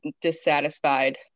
dissatisfied